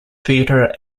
theatre